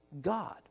God